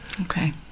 Okay